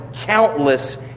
countless